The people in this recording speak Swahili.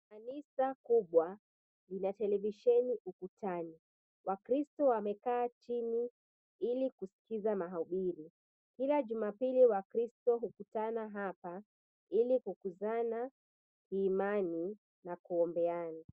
Kanisa kubwa lina televisheni ukutani. Wakristo wamekaa chini ili kuskiza mahubiri. Kila Jumapili wakristo hukutana hapa ili kukuzana kiimani na kuombeana.